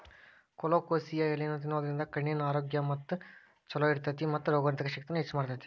colocasia ಎಲಿನಾ ತಿನ್ನೋದ್ರಿಂದ ಕಣ್ಣಿನ ಆರೋಗ್ಯ್ ಚೊಲೋ ಇರ್ತೇತಿ ಮತ್ತ ರೋಗನಿರೋಧಕ ಶಕ್ತಿನ ಹೆಚ್ಚ್ ಮಾಡ್ತೆತಿ